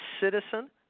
citizen